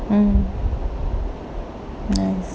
hmm nice